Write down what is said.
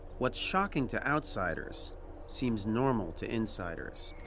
what's shocking to outsiders seems normal to insiders.